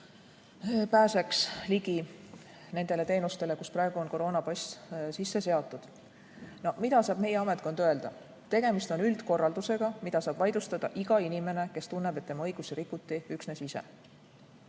pääseks ligi nendele teenustele, kus praegu on koroonapass sisse seatud. Mida meie ametkond saab öelda? Tegemist on üldkorraldusega, mida saab vaidlustada iga inimene, kes tunneb, et tema õigusi rikuti, üksnes ise.